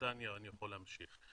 בריטניה ואני יכול להמשיך.